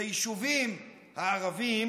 ביישובים הערביים